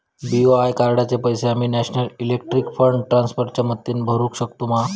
BOI कार्डाचे पैसे आम्ही नेशनल इलेक्ट्रॉनिक फंड ट्रान्स्फर च्या मदतीने भरुक शकतू मा?